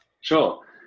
Sure